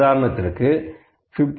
உதாரணத்திற்கு 15